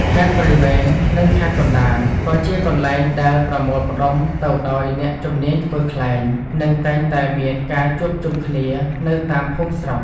ខេត្តព្រៃវែង និងខេត្តកណ្តាល ក៏ជាកន្លែងដែលប្រមូលផ្ដុំទៅដោយអ្នកជំនាញធ្វើខ្លែង និងតែងតែមានការជួបជុំគ្នានៅតាមភូមិស្រុក។